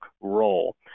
role